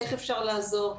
איך אפשר לעזור,